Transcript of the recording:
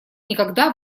никогда